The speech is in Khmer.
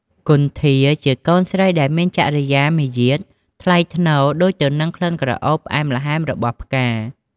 គន្ធា ជាកូនស្រីដែលមានចរិយាមាយាទថ្លៃថ្នូរដូចទៅនឹងក្លិនក្រអូបផ្អែមល្ហែមរបស់ផ្កា។